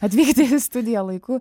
atvykt į studiją laiku